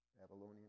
Babylonian